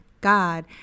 God